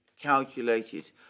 calculated